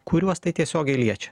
kuriuos tai tiesiogiai liečia